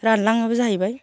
रानलाङोबो जाहैबाय